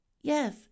Yes